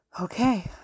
Okay